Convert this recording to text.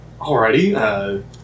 Alrighty